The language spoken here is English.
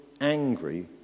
angry